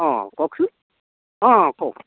অঁ কওকচোন অঁ কওক